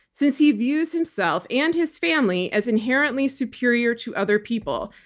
since he views himself and his family as inherently superior to other people.